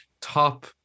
top